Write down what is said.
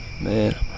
Man